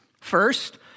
First